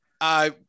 I-